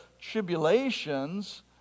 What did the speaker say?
tribulations